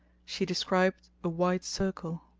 she described a wide circle